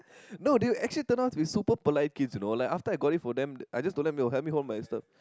no they were actually turned out to be super polite kids you know like after I got it for them I just told them you know help me hold my stuff